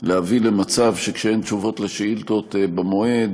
להביא למצב שכאשר אין תשובות על שאילתות במועד,